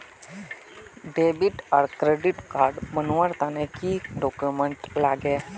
Debit आर credit card बनवार तने की की डॉक्यूमेंट लागे?